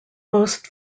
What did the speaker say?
most